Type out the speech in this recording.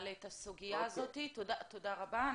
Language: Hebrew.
תודה רבה.